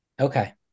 Okay